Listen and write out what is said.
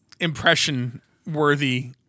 impression-worthy